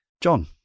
John